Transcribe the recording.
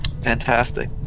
fantastic